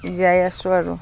জীয়াই আছোঁ আৰু